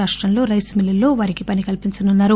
రాష్టంలో రైసు మిల్లుల్లో వారికి పని కల్పించనున్నారు